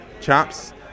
chaps